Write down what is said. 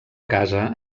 casa